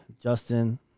Justin